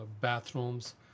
bathrooms